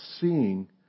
seeing